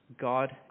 God